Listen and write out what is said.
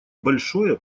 большое